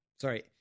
sorry